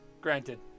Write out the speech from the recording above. Granted